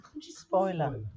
Spoiler